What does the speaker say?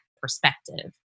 perspective